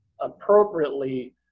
appropriately